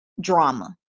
drama